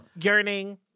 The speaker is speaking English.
yearning